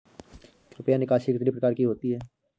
रुपया निकासी कितनी प्रकार की होती है?